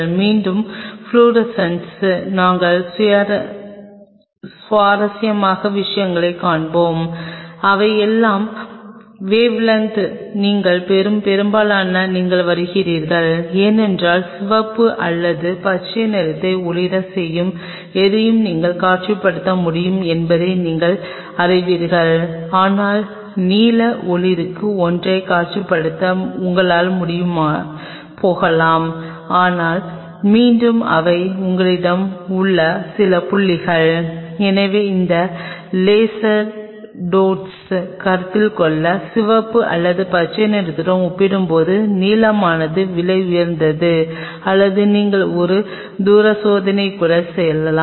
மீண்டும் ஃப்ளோரசன்ஸுடன் நாங்கள் சுவாரஸ்யமான விஷயத்தைக் காண்போம் அவை எல்லா வௌவ்லெந்த் நீங்கள் பெறும் பெரும்பாலானவை நீங்கள் வருவீர்கள் ஏனென்றால் சிவப்பு அல்லது பச்சை நிறத்தை ஒளிரச் செய்யும் எதையும் நீங்கள் காட்சிப்படுத்த முடியும் என்பதை நீங்கள் அறிவீர்கள் ஆனால் நீல ஒளிரும் ஒன்றைக் காட்சிப்படுத்த உங்களால் முடியாமல் போகலாம் எனவே மீண்டும் இவை உங்களிடம் உள்ள சில புள்ளிகள் எனவே அந்த லேசர் டையோட்களைக் கருத்தில் கொள்ள சிவப்பு அல்லது பச்சை நிறத்துடன் ஒப்பிடும்போது நீலமானது விலை உயர்ந்தது அல்லது நீங்கள் ஒரு தூர சோதனைக்கு கூட செல்லலாம்